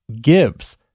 gives